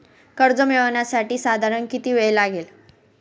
कर्ज मिळविण्यासाठी साधारण किती वेळ लागेल?